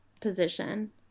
position